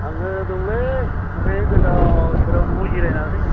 आङो दंलै ओरैनो गोदाव सोराव न'वाव जिरायनानै